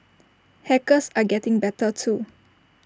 hackers are getting better too